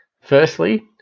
Firstly